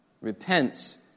repents